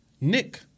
Nick